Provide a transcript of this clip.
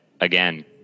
again